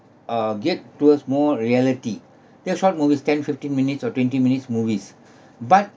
uh get towards more reality ya short movies ten fifteen minutes or twenty minutes movies but